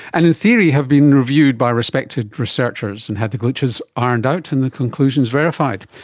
and in theory have been reviewed by respected researchers and had the glitches ironed out and the conclusions verified.